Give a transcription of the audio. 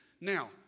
Now